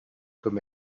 comme